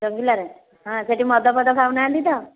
ରଙ୍ଗିଲାରେ ହଁ ସେଇଠି ମଦ ଫଦ ଖାଉନାହାନ୍ତି ତ